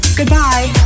goodbye